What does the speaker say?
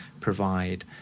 provide